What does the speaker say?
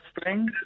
Spring